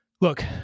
look